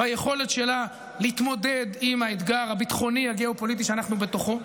ביכולת שלה להתמודד עם האתגר הביטחוני הגיאו-פוליטי שאנחנו בתוכו,